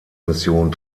mission